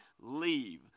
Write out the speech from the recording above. leave